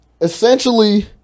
Essentially